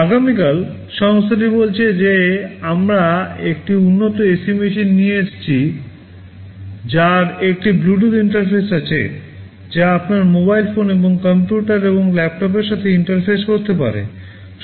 আগামীকাল সংস্থাটি বলেছে যে আমরা একটি উন্নত এসি মেশিন নিয়ে এসেছি যার একটি ব্লুটুথ ইন্টারফেস রয়েছে যা আপনার মোবাইল ফোন এবং কম্পিউটার এবং ল্যাপটপের সাথে ইন্টারফেস করতে পারে